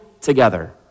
together